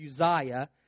Uzziah